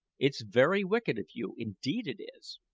it's very wicked of you, indeed it is.